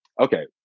okay